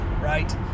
right